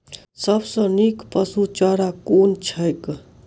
सबसँ नीक पशुचारा कुन छैक?